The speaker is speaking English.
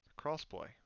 Crossplay